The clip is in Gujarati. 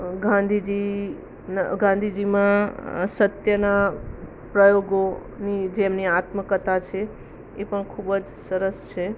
ગાંધીજી ગાંધીજીમાં સત્યના પ્રયોગોની જે એમની આત્મકથા છે એ પણ ખૂબ જ સરસ છે